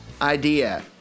Idea